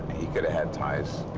he could've had ties.